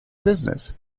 business